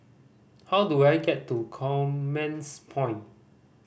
how do I get to Commerce Point